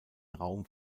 raum